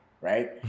right